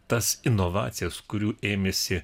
tas inovacijas kurių ėmėsi